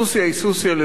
סוסיא היא סוסיא,